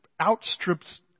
outstrips